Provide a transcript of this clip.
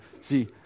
See